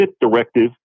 directive